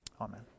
Amen